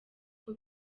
uko